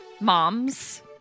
Moms